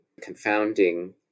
confounding